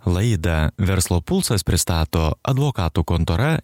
laidą verslo pulsas pristato advokatų kontora